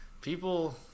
people